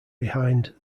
behind